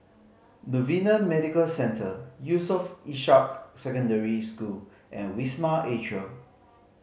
Novena Medical Centre Yusof Ishak Secondary School and Wisma Atria